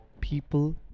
people